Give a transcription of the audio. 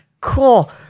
cool